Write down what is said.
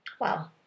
Wow